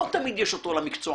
לא תמיד יש אותו רק למקצוענים.